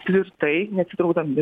tvirtai neatsitraukdami